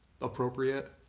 appropriate